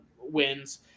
wins